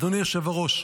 אדוני היושב-ראש,